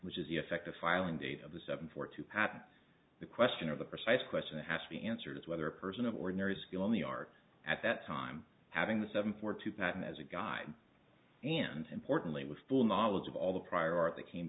which is the effect the filing date of the seven for to happen the question of the precise question has to be answered is whether a person of ordinary skill in the art at that time having the seven four two pattern as a guide and importantly with full knowledge of all the prior art that came